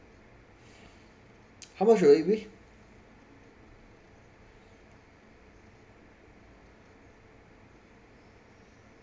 how much will it be